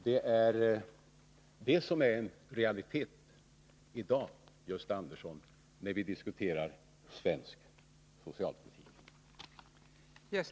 Det är sådant som är en realitet i dag, Gösta Andersson, när vi diskuterar svensk socialpolitik.